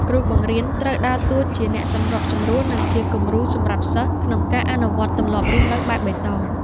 គ្រូបង្រៀនត្រូវដើរតួជាអ្នកសម្របសម្រួល និងជាគំរូសម្រាប់សិស្សក្នុងការអនុវត្តទម្លាប់រស់នៅបែបបៃតង។